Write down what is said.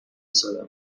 سرم